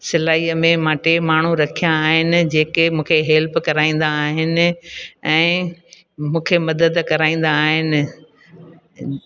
सिलाईअ में ॿ टे माण्हू रखिया आहिनि जेके मूंखे हेल्प कराईंदा आहिनि ऐं मूंखे मदद कराईंदा आहिनि